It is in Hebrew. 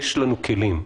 יש לנו כלים,